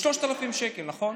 3,000 שקל, נכון?